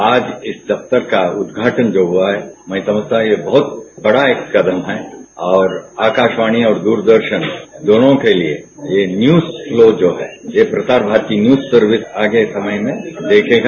आज इस दफ्तर का उद्घाटन जो हुआ है मैं समझता हूं एक बहुत बड़ा ये कदम है और आकाशवाणी और दूरदर्शन दोनों के लिए ये न्यूज फ्लो जो है ये प्रसार भारती न्यूज सर्विस आगे समय में देखेगा